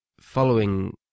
following